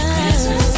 Christmas